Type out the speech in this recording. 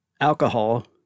alcohol